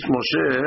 Moshe